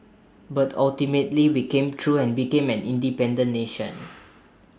but ultimately we came through and became an independent nation